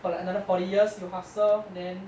for like another forty years you hassle then